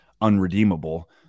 unredeemable